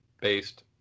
based